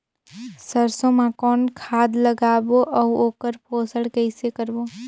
सरसो मा कौन खाद लगाबो अउ ओकर पोषण कइसे करबो?